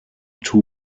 two